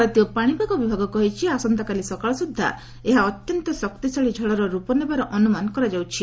ଭାରତୀୟ ପାଣିପାଗ ବିଭାଗ କହିଛି ଆସନ୍ତାକାଲି ସକାଳ ସୁଦ୍ଧା ଏହା ଅତ୍ୟନ୍ତ ଶକ୍ତିଶାଳୀ ଝଡ଼ର ରୂପ ନେବାର ଅନୁମାନ କରାଯାଉଛି